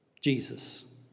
Jesus